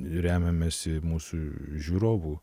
remiamės į mūsų žiūrovų